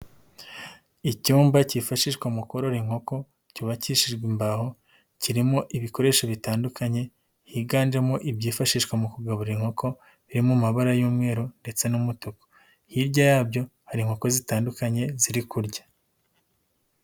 Icyumba kifashishwa mu korora inkoko cyubakishijwe imbaho kirimo ibikoresho bitandukanye higanjemo ibyifashishwa mu kugabura inkoko biri mu mabara y'umweru ndetse n'umutuku, hirya yabyo hari inkoko zitandukanye ziri kurya.